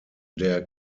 der